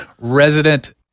resident